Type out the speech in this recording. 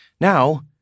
Now